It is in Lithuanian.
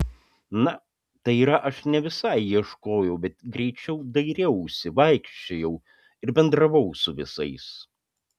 na tai yra aš ne visai ieškojau bet greičiau dairiausi vaikščiojau ir bendravau su visais